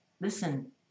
listen